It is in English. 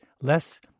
less